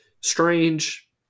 strange